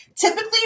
typically